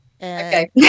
Okay